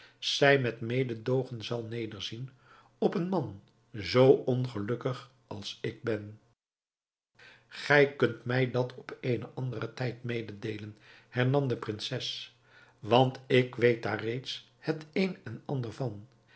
zij met mededoogen zal nederzien op een man zoo ongelukkig als ik ben gij kunt mij dat op eenen anderen tijd mededeelen hernam de prinses want ik weet daar reeds het een en ander van